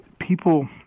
people